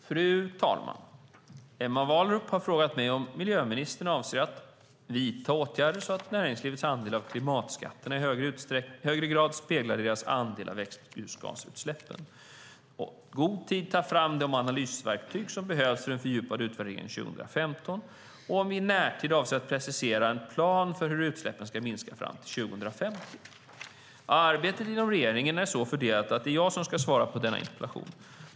Fru talman! Emma Wallrup har frågat om miljöministern avser att vidta åtgärder så att näringslivets andel av klimatskatterna i högre grad speglar deras andel av växthusgasutsläppen, i god tid ta fram de analysverktyg som behövs i den fördjupade utvärderingen 2015 och i närtid presentera en preciserad plan för hur utsläppen ska minska fram till 2050. Arbetet inom regeringen är så fördelat att det är jag som ska svara på denna interpellation.